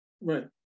Right